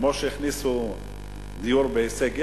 כמו שהכניסו דיור בהישג יד,